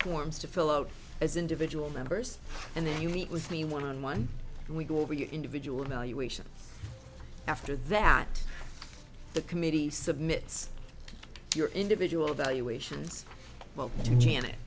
forms to fill out as individual members and then you meet with me one on one and we go over your individual evaluations after that the committee submit your individual valuations to janet